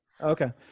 okay